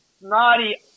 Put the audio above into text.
snotty